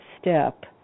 step